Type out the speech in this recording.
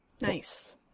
Nice